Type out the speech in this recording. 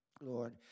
Lord